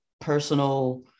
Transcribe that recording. personal